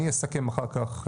ואני אסכם אחר כך.